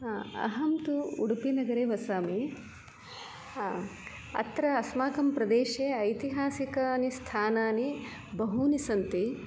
हा अहं तु उडुपिनगरे वसामि हा अत्र अस्माकं प्रदेशे ऐतिहासिकानि स्थानानि बहूनि सन्ति